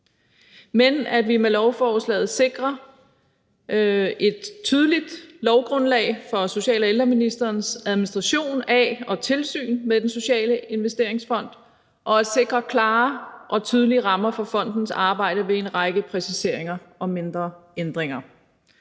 men at vi med lovforslaget sikrer et tydeligt lovgrundlag for social- og ældreministerens administration af og tilsyn med Den Sociale Investeringsfond og sikrer klare og tydelige rammer for fondens arbejde ved en række præciseringer og mindre ændringer.